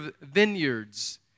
vineyards